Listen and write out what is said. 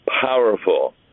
powerful